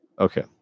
Okay